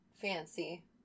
fancy